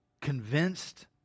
convinced